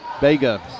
Bega